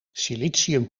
silicium